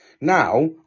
Now